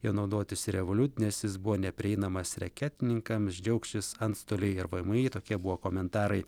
jo naudotis revoliut nes jis buvo neprieinamas raketininkams džiaugšis antstoliai ir vmi tokie buvo komentarai